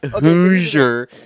Hoosier